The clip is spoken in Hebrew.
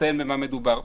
לציין במה מדובר.